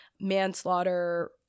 manslaughter